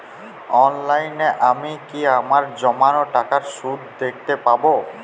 অনলাইনে আমি কি আমার জমানো টাকার সুদ দেখতে পবো?